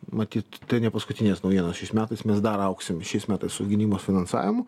matyt tai ne paskutinės naujienos šiais metais mes dar augsim šiais metais su gynybos finansavimu